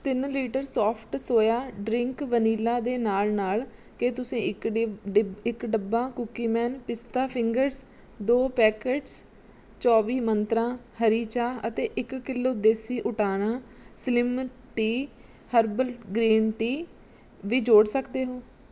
ਤਿੰਨ litre soft soya drink vanilla ਦੇ ਨਾਲ ਨਾਲ ਕੀ ਤੁਸੀਂ ਇੱਕ ਡਿੱਬ ਡਿੱਬ ਇੱਕ ਡੱਬਾ ਕੂਕੀਮੈਨ ਪਿਸਤਾ ਫਿੰਗਰਸ ਦੋ ਪੈਕੇਟਸ ਚੌਵੀ ਮੰਤਰਾਂ ਹਰੀ ਚਾਹ ਅਤੇ ਇੱਕ ਕਿਲੋ ਦੇਸੀ ਊਟਾਨਾ slim tea herbal green tea ਵੀ ਜੋੜ ਸਕਦੇ ਹੋ